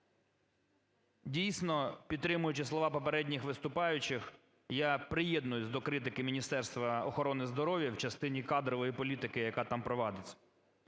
Дійсно, підтримуючи слово попередніх виступаючих, я приєднуюсь до критики Міністерства охорони здоров'я в частині кадрової політики, яка там проводиться.